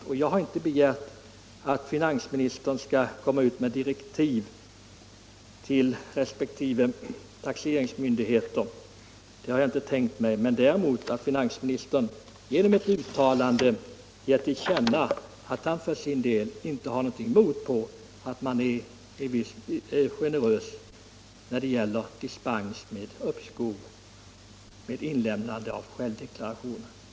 Jag har inte tänkt eller begärt att finansministern skall ge respektive taxeringsmyndigheter preciserade direktiv. Men finansministern kan genom ett uttalande ge till känna att han för sin del inte har något emot att man är litet generös när det gäller uppskov med avlämnande av självdeklaration.